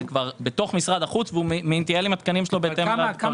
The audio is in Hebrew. זה כבר בתוך משרד החוץ והוא מנייד את התקנים שלו בהתאם לצורך.